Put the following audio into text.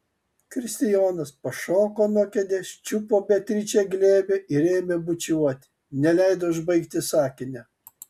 kristijonas pašoko nuo kėdės čiupo beatričę į glėbį ir ėmė bučiuoti neleido užbaigti sakinio